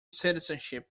citizenship